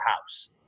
house